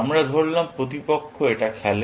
আমরা ধরলাম প্রতিপক্ষ এটা খেলে